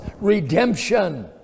Redemption